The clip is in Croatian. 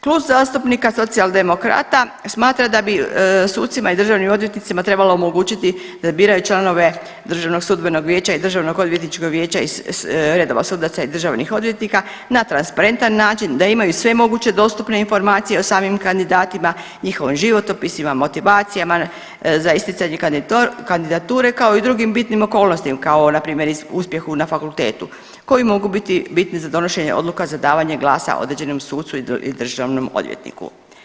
Klub zastupnika Socijaldemokrata smatra da bi sucima i državnim odvjetnicima trebalo omogućiti da biraju članove DSV-a i DOV-a iz redova sudaca i državnih odvjetnika na transparentan način, da imaju sve moguće dostupne informacije o samim kandidatima, njihovim životopisima, motivacijama za isticanje kandidature, kao i o drugim bitnim okolnostima kao npr. uspjehu na fakultetu koji mogu biti bitni za donošenje odluka za davanje glasa određenom sucu i državnom odvjetniku.